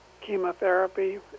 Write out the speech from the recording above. chemotherapy